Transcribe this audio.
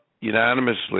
unanimously